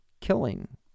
killing